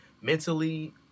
mentally